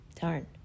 darn